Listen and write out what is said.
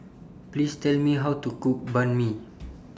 Please Tell Me How to Cook Banh MI